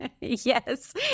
Yes